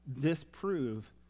disprove